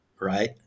Right